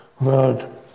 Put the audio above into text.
world